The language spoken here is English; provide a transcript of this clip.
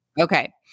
Okay